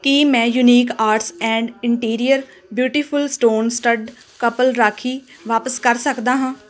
ਕੀ ਮੈਂ unique arts and interior beautiful stone studded couple rakhi ਵਾਪਸ ਕਰ ਸਕਦਾ ਹਾਂ